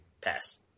Pass